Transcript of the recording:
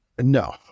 No